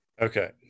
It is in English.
Okay